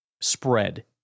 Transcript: spread